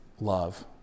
love